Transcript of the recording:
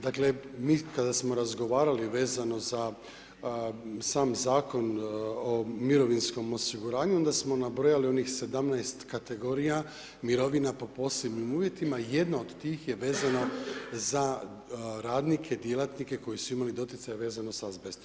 Dakle mi kada smo razgovarali vezano za sam zakon o mirovinskom osiguranju onda smo nabrojali onih 17 kategorija mirovina po posebnim uvjetima, jedna od tih je vezana za radnike, djelatnike koji su imali doticaja vezano s azbestom.